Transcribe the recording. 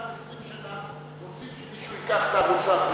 כמעט 20 שנה רוצים שמישהו ייקח את הערוץ הערבי ויפעיל,